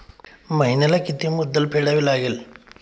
महिन्याला किती मुद्दल फेडावी लागेल?